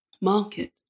market